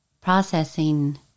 processing